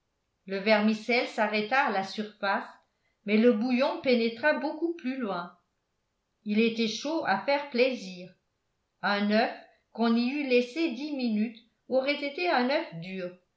le vermicelle s'arrêta à la surface mais le bouillon pénétra beaucoup plus loin il était chaud à faire plaisir un oeuf qu'on y eût laissé dix minutes aurait été un oeuf dur